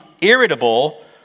irritable